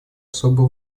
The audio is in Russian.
особо